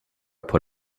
put